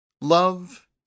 Love